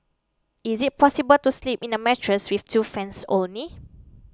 is it possible to sleep in a mattress with two fans only